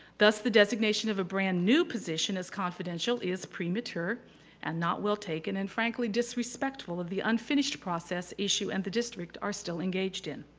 thus the designation of a brand new position is confidential is premature and not well taken and frankly disrespectful of the unfinished process issu and the district are still engaged in.